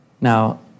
Now